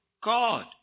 God